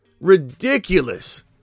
Ridiculous